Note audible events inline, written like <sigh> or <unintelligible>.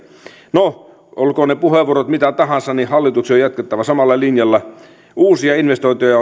no olkoot ne puheenvuorot mitä tahansa niin hallituksen on jatkettava samalla linjalla uusia investointeja <unintelligible>